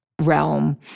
realm